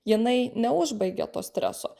jinai neužbaigė to streso